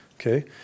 Okay